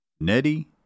Nettie